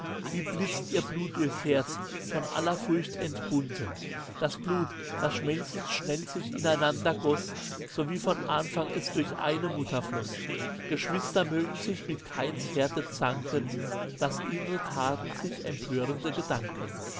wie blitzt ihr blut durchs herz von aller furcht entbunden das blut das schmelzend schnell sich ineinander goss so wie von anfang es durch eine mutter floss geschwister mögen sich mit cainshärte zanken das innre tadelt sich empörende gedanken